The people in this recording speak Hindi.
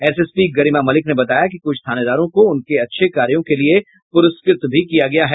एसएसपी गरिमा मलिक ने बताया कि कुछ थानेदारों को उनके अच्छे कार्यो के लिये प्रस्कृत भी किया गया है